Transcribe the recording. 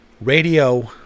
radio